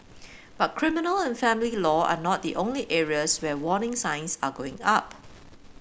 but criminal and family law are not the only areas where warning signs are going up